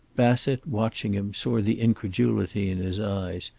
bassett, watching him, saw the incredulity in his eyes,